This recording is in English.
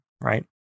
right